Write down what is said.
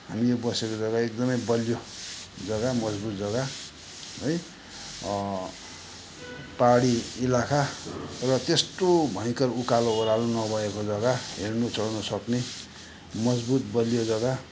हामी यो बसेको जग्गा एकदमै बलियो जग्गा मजबुत जग्गा है पहाडी इलाका र त्यस्तो भयङ्कर उकालो ओरालो नभएको जग्गा हेर्नु चल्नुसक्ने मजबुत बलियो जग्गा